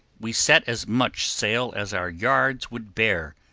we set as much sail as our yards would bear,